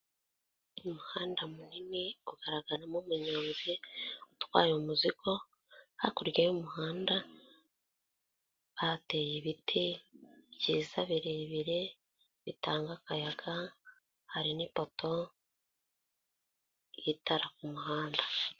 Umuhanda munini ugaragaramo umunyonzi utwaye umuzigo, hakurya y'umuhanda hateye ibiti byiza birebire bitanga akayaga, hari n'ipoto y'itara ku muhanda.